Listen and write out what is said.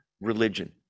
religion